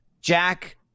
Jack